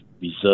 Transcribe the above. reserve